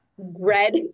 red